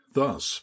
thus